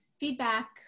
Feedback